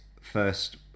first